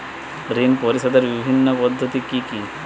ঋণ পরিশোধের বিভিন্ন পদ্ধতি কি কি?